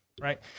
Right